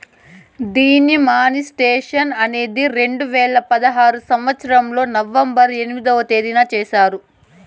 D మానిస్ట్రేషన్ అనేది రెండు వేల పదహారు సంవచ్చరంలో నవంబర్ ఎనిమిదో తేదీన చేశారు